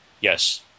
Yes